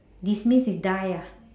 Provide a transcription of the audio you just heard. demise is die ah